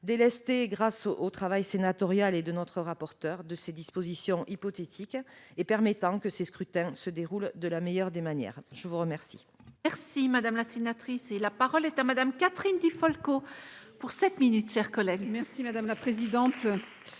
Délesté, grâce au travail du Sénat et de notre rapporteur, de ses dispositions hypothétiques, il permettra que ces scrutins se déroulent de la meilleure des manières. La parole